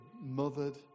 mothered